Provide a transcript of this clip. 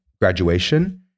graduation